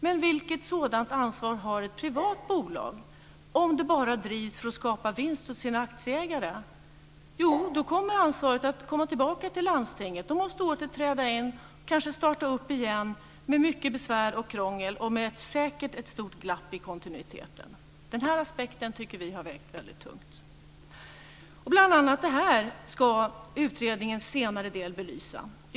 Men vilket sådant ansvar har ett privat bolag om det bara drivs för att skapa vinst för sina aktieägare? Jo, då kommer ansvaret att komma tillbaka till landstinget. Landstinget måste då åter träda in och kanske starta upp verksamheten igen med mycket besvär och krångel och säkert med ett stort glapp i kontinuiteten. Denna aspekt har vägt väldigt tungt för oss. Bl.a. detta ska utredningens senare del belysa.